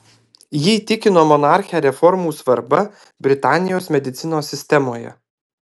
ji įtikino monarchę reformų svarba britanijos medicinos sistemoje